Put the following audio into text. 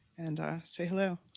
and say hello.